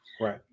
Right